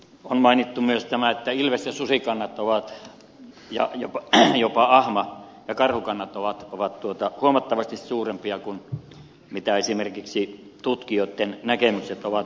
on mainittu myös että ilves ja susikannat ja jopa ahma ja karhukannat ovat huomattavasti suurempia kuin esimerkiksi tutkijoitten näkemykset ovat